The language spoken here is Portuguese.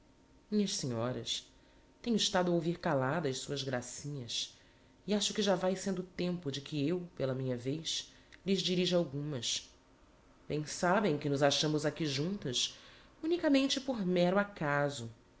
minhas senhoras tenho estado a ouvir calada as suas gracinhas e acho que já vae sendo tempo de que eu pela minha vez lhes dirija algumas bem sabem que nos achamos aqui juntas unicamente por mero acaso